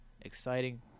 exciting